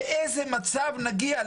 לאיזה מצב נגיע?